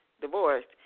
divorced